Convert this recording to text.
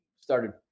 started